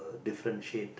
differentiate